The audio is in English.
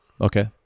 Okay